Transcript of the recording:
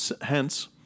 Hence